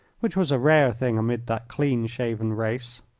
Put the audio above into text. which was a rare thing amid that clean-shaven race.